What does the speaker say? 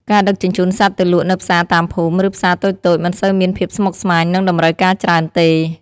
ការដឹកជញ្ជូនសត្វទៅលក់នៅផ្សារតាមភូមិ ឬផ្សារតូចៗមិនសូវមានភាពស្មុគស្មាញ និងតម្រូវការច្រើនទេ។